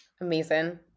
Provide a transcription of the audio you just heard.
Amazing